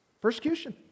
Persecution